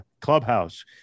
Clubhouse